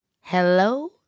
Hello